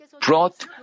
brought